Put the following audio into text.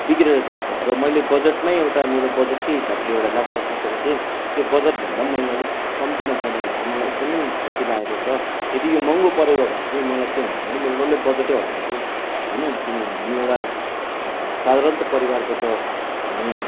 बिग्रिएर जान्छ र मैले बजेटमै एउटा मेरो बजेटकै हिसाबले एउटा ल्यापटप सोचेको थिएँ त्यो बजेट भन्दा पनि मैले अलिक कम्तीमा पाउँदाखेरि चाहिँ मलाई एकदमै खुसी लागेको छ यदि यो महँगो परेको भए चाहिँ मलाई के हुन्थ्यो भनि मेरो डल्लै बजेटै हल्लिन्थ्यो होइन किनभने हामी एउटा साधारणता परिवारबाट हामी